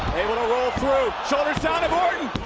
able to roll through, shoulders down and orton